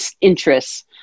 interests